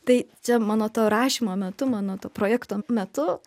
tai čia mano to rašymo metu mano to projekto metu